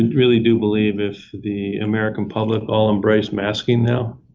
and really do believe if the american public all embrace masking now